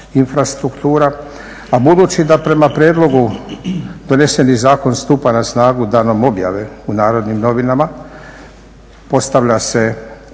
infrastruktura. A budući da prema prijedlogu doneseni zakon stupa na snagu danom objave u "Narodnim novinama" postavljalo se